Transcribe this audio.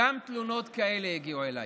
גם תלונות כאלו הגיעו אליי.